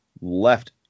left